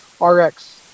rx